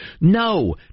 No